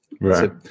Right